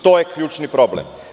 To je ključni problem.